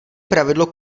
pravidlo